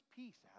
peace